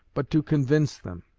but to convince them